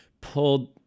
pulled